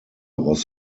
was